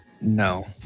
No